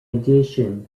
addition